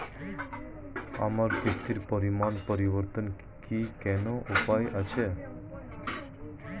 আমার কিস্তির পরিমাণ পরিবর্তনের কি কোনো উপায় আছে?